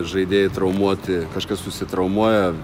žaidėjai traumuoti kažkas susitraumuoja